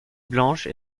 blanche